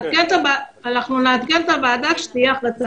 אנחנו נעדכן את הוועדה כשתהיה החלטה.